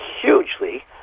hugely